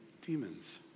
demons